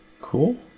Cool